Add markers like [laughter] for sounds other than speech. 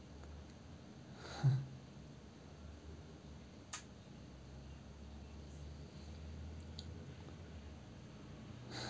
[laughs]